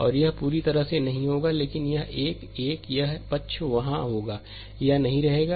और यह पूरी तरह से नहीं होगा लेकिन यह एक यह एक यह पक्ष वहां होगा यह नहीं रहेगा